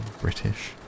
British